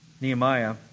Nehemiah